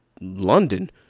London